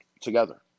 together